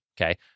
okay